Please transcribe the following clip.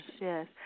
yes